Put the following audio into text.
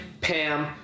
Pam